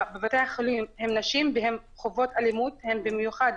בבתי-החולים הן נשים והן חוות אלימות, הן במיוחד